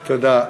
תודה.